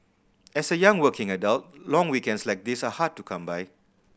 as a young working adult long weekends like these are hard to come by